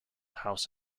house